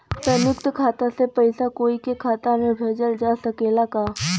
संयुक्त खाता से पयिसा कोई के खाता में भेजल जा सकत ह का?